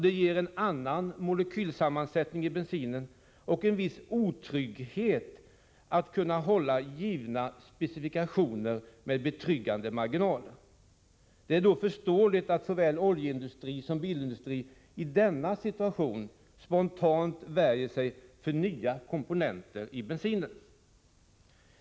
Det ger en annan molekylsammansättning i bensinen och en viss otrygghet när det gäller att kunna hålla givna specifikationer med betryggande marginaler. Det är förståeligt om såväl oljeindustri som bilindustri i den situationen spontant värjer sig för nya komponenter i bensinen.